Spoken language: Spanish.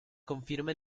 confirma